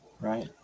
right